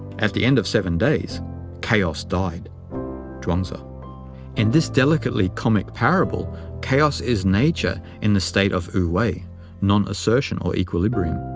at the end of seven days chaos died chuang tzu in this delicately comic parable chaos is nature in the state of wu-wei non-assertion or equilibrium.